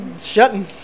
shutting